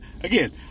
again